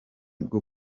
bwo